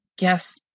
yes